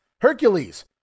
Hercules